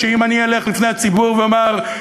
שאם אני אלך לפני הציבור ואומר,